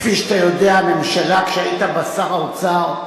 כפי שאתה יודע, הממשלה, כשהיית בה שר האוצר,